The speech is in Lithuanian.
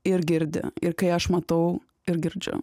ir girdi ir kai aš matau ir girdžiu